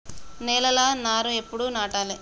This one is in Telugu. నేలలా నారు ఎప్పుడు నాటాలె?